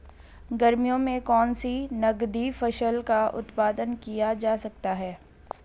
गर्मियों में कौन सी नगदी फसल का उत्पादन किया जा सकता है?